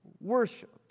worshipped